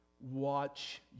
watch